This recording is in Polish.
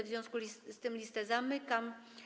W związku z tym listę zamykam.